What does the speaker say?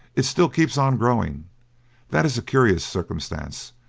it still keeps on growing that is a curious circumstance,